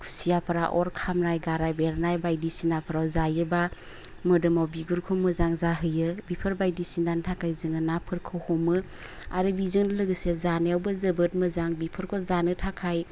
खुसियाफ्रा अर खामनाय गाराय बेरनाय बायदिसिनाफ्राव जायोबा मोदोमाव बिगुरखौ मोजां जाहोयो बिफोर बायदिसिनानि थाखाय जोङो नाफोरखौ हमो आरो बिजों लोगोसे जानायावबो जोबोद मोजां बिफोरखौ जानो थाखाय